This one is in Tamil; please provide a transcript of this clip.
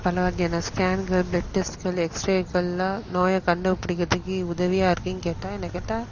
பலவகையான ஸ்கேனுங்க ப்ளட் டெஸ்ட்கள் எக்ஸ்ரேக்கள்லாம் நோயை கண்டுப்பிடிக்கிறதுக்கு உதவியாக இருக்குதுன்னு கேட்டால் என்ன கேட்டால்